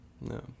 no